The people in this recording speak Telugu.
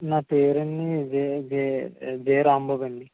నా పేరండి జే జే జే రాంబాబు అండి